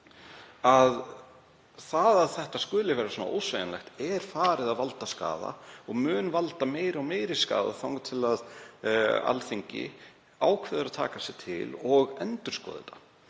Það að þetta skuli vera svona ósveigjanlegt er farið að valda skaða og mun valda meiri og meiri skaða þangað til að Alþingi ákveður að taka sig til og endurskoða þetta.